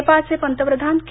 नेपाळचे पंतप्रधान के